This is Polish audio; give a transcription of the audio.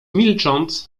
milcząc